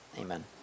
Amen